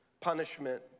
punishment